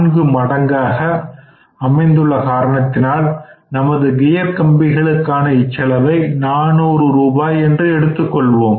0 மடங்காக அமைந்துள்ள காரணத்தினால் நமது கியர் கம்பிகளுக்கான இச்செலவை 400 ரூபாய் என்று எடுத்துக் கொள்ளலாம்